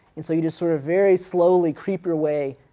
and so you just sort of very slowly creep your way